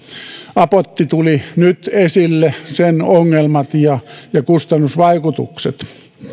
apotti tuli nyt esille sen ongelmat ja ja kustannusvaikutukset